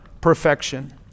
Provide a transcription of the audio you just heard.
perfection